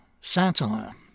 satire